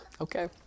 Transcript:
okay